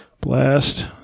blast